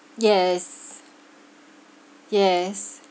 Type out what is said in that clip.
yes yes